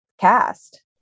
cast